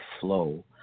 flow